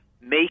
make